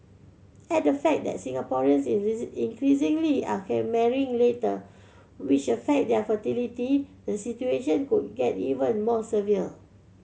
add the fact that Singaporeans increasingly are marrying later which affects their fertility the situation could get even more severe